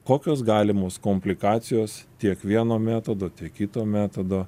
kokios galimos komplikacijos tiek vieno metodo tiek kito metodo